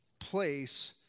place